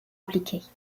impliquées